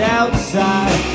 outside